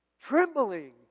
Trembling